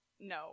no